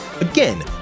Again